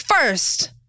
First